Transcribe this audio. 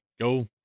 go